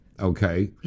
Okay